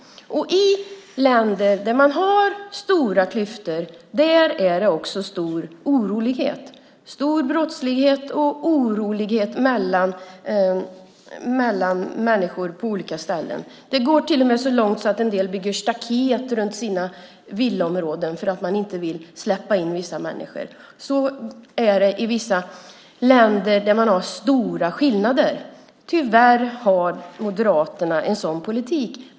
I länder där man har stora klyftor är det också stora oroligheter - stor brottslighet och oroligheter mellan människor. Det går till och med så långt att en del bygger staket runt sina villaområden för att de inte vill släppa in vissa människor. Så är det i vissa länder där man har stora skillnader. Tyvärr har Moderaterna en sådan politik.